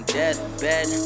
deathbed